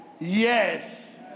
Yes